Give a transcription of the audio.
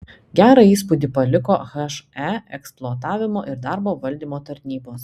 gerą įspūdį paliko he eksploatavimo ir darbo valdymo tarnybos